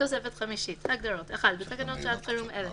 תוספת חמישית (סעיף 1) הגדרות 1. בתקנות שעת חירום אלה